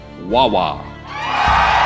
Wawa